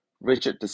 Richard